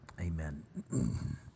amen